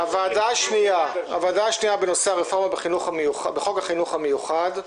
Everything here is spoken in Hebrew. הוועדה השנייה בנושא הרפורמה בחוק החינוך המיוחד.